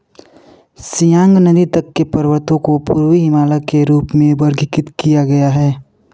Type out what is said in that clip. सियांग नदी तक के पर्वतों को पूर्वी हिमालय के रूप में वर्गीकृत किया गया है